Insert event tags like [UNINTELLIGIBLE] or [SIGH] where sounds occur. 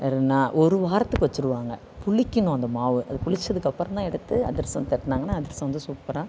[UNINTELLIGIBLE] ஒரு வாரத்துக்கு வச்சிடுவாங்க புளிக்கணும் அந்த மாவு அது புளித்ததுக்கு அப்புறம் தான் எடுத்து அதிரசம் தட்டினாங்கன்னா அதிரசம் வந்து சூப்பராக